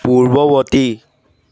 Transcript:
পূৰ্ৱবৰ্তী